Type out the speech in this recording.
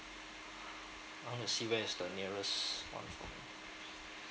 I want to see where is the nearest platform